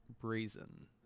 brazen